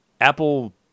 Apple